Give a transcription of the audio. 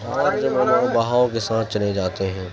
بہاؤ کے ساتھ چلے جاتے ہیں